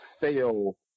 fail